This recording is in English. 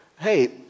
hey